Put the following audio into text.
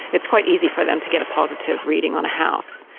it's quite easy for them to get a positive reading on a house,